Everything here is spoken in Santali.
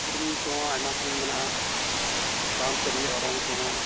ᱥᱮᱨᱮᱧ ᱠᱚᱦᱚᱸ ᱟᱭᱢᱟ ᱥᱮᱨᱮᱧ ᱢᱮᱱᱟᱜᱼᱟ ᱵᱟᱱᱟᱢ ᱛᱤᱨᱭᱳ ᱚᱨᱚᱝ ᱠᱚᱦᱚᱸ